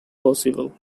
possible